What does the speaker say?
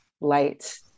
light